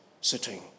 sitting